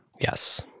yes